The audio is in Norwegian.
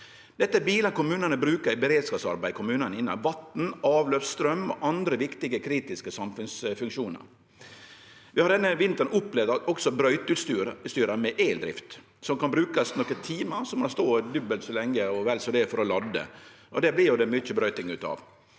Dette er bilar kommunane brukar i beredskapsarbeid innan vatn, avløp, straum og andre viktige kritiske samfunnsfunksjonar. Vi har denne vinteren opplevd også brøyteutstyr med eldrift, som kan brukast nokre timar før dei må stå dobbelt så lenge og vel så det for å lade. Det vert det jo mykje brøyting av.